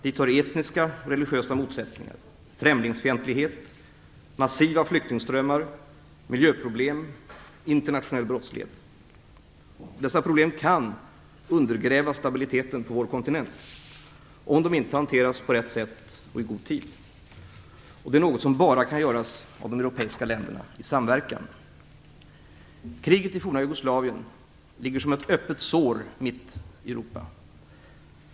Dit hör etniska och religiösa motsättningar, främlingsfientlighet, massiva flyktingströmmar, miljöproblem och internationell brottslighet. Dessa problem kan undergräva stabiliteten på vår kontinent, om de inte hanteras på rätt sätt och i god tid. Det är något som bara kan göras av de europeiska länderna i samverkan. Kriget i forna Jugoslavien ligger som ett öppet sår mitt i Europa.